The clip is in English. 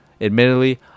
admittedly